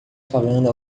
falando